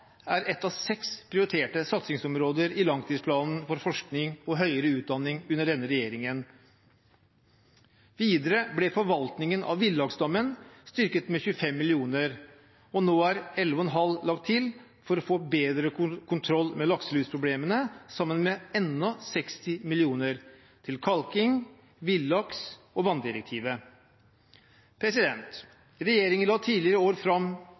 er et av seks prioriterte satsingsområder i langtidsplanen for forskning og høyere utdanning under denne regjeringen. Videre ble forvaltningen av villaksstammen styrket med 25 mill. kr, og nå er 11,5 mill. kr lagt til for å få bedre kontroll med lakselusproblemene, sammen med enda 60 mill. kr til kalking, villaks og vanndirektivet. Regjeringen la tidligere i år fram